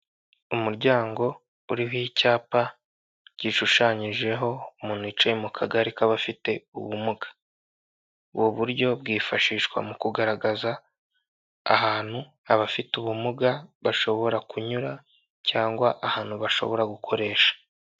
Umuryango uriho icyapa gishushanyijeho umuntu wicaye mu kagare k'abafite ubumuga. Ubu buryo bwifashishwa mu kugaragaza ahantu abafite ubumuga bashobora kunyura cyangwa ahantu bashobora gukoresha.